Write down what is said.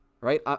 right